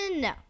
No